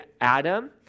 Adam